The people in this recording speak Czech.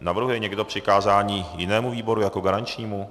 Navrhuje někdo přikázání jinému výboru jako garančnímu?